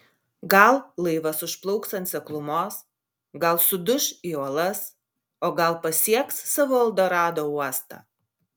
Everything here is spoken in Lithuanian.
gal laivas užplauks ant seklumos gal suduš į uolas o gal pasieks savo eldorado uostą